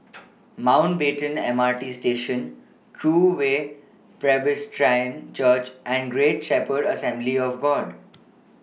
Mountbatten M R T Station True Way Presbyterian Church and Great Shepherd Assembly of God